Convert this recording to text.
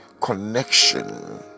connection